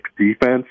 defense